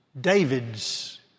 David's